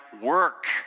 work